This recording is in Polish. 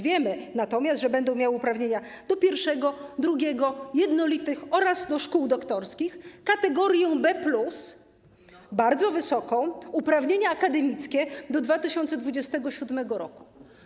Wiemy natomiast, że będą miały uprawnienia do pierwszego, drugiego, jednolitych oraz do szkół doktorskich, kategorię B+, bardzo wysoką, uprawnienia akademickie do 2027 r.